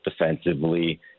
defensively